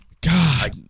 God